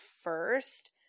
first